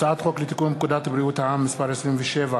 הצעת חוק לתיקון פקודת בריאות העם (מס' 27),